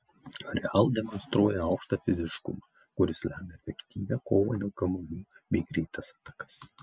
real demonstruoja aukštą fiziškumą kuris lemia efektyvią kovą dėl kamuolių bei greitas atakas